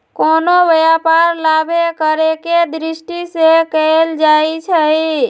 कोनो व्यापार लाभे करेके दृष्टि से कएल जाइ छइ